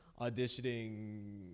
auditioning